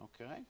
okay